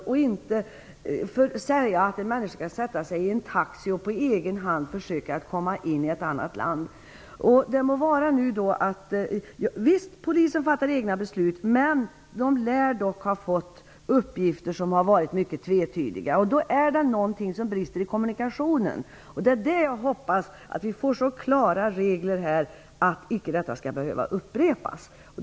Vi får inte säga att en människa skall sätta sig i en taxi och på egen hand försöka komma in i ett annat land. Visst fattar polisen egna beslut, men man lär dock ha fått uppgifter som varit mycket tvetydiga. Då är det någonting som brister i kommunikationen. Jag hoppas alltså att vi får så klara regler att detta icke skall behöva upprepas.